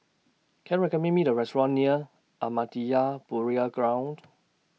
Can recommend Me A Restaurant near Ahmadiyya Burial Ground